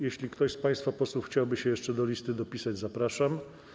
Jeśli ktoś z państwa posłów chciałby się jeszcze do listy dopisać, to zapraszam.